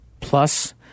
plus